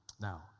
Now